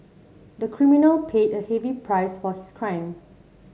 the criminal paid a heavy price for his crime